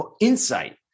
insight